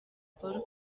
paul